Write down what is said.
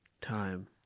time